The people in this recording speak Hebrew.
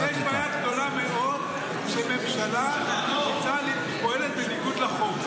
אני חושב שיש בעיה גדולה מאוד שממשלה פועלת בניגוד לחוק.